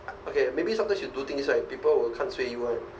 I okay maybe sometimes you do things right people will kan sue you [one]